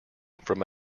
from